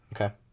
Okay